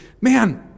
Man